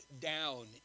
down